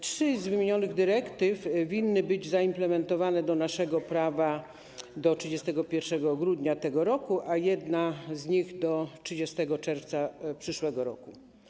Trzy z wymienionych dyrektyw winny być zaimplementowane do naszego prawa do 31 grudnia tego roku, a jedna z nich - do 30 czerwca przyszłego roku.